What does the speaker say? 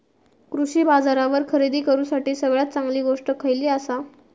कृषी बाजारावर खरेदी करूसाठी सगळ्यात चांगली गोष्ट खैयली आसा?